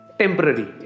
temporary